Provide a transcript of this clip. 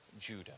Judah